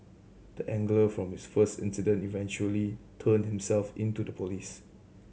the angler from this first incident eventually turned himself in to the police